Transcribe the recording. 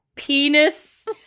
Penis